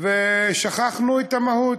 ושכחנו את המהות.